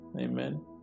Amen